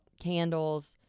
candles